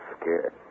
scared